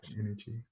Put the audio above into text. energy